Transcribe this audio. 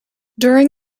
during